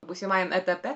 būsimajam etape